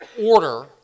order